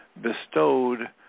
bestowed